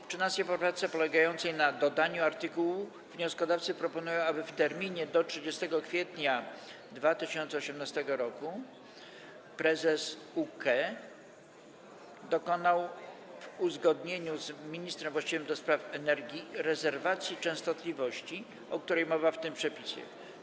W 13. poprawce polegającej na dodaniu artykułu wnioskodawcy proponują, aby w terminie do 30 kwietnia 2018 r. prezes UKE dokonał w uzgodnieniu z ministrem właściwym do spraw energii rezerwacji częstotliwości, o której mowa w tym przepisie.